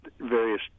various